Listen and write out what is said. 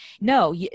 no